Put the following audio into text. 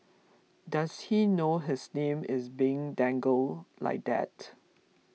does he know his name is being dangled like that